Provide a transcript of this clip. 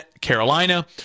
Carolina